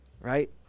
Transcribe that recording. Right